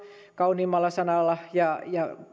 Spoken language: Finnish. kauniimmalla sanalla verosuunnittelua ja